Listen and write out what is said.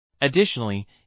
Additionally